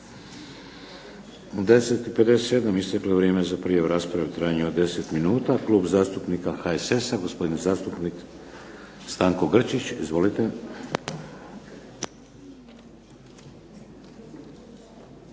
U 10 i 57 isteklo je vrijeme za prijavu rasprave u trajanju od 10 minuta. Klub zastupnika HSS-a, gospodin zastupnik Stanko Grčić. Izvolite.